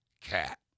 cat